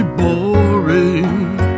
boring